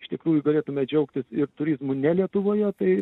iš tikrųjų galėtume džiaugtis ir turizmu ne lietuvoje tai